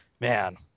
man